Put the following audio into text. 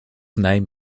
name